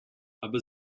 aber